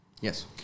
Yes